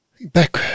back